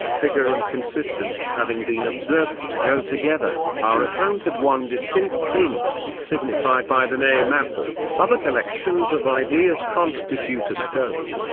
figure and consistence having been observed to go together, are accounted one distinct thing, signified by the name apple other collections of ideas constitute a stone,